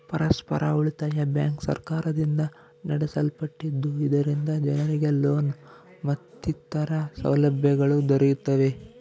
ಪರಸ್ಪರ ಉಳಿತಾಯ ಬ್ಯಾಂಕ್ ಸರ್ಕಾರದಿಂದ ನಡೆಸಲ್ಪಟ್ಟಿದ್ದು, ಇದರಿಂದ ಜನರಿಗೆ ಲೋನ್ ಮತ್ತಿತರ ಸೌಲಭ್ಯಗಳು ದೊರೆಯುತ್ತವೆ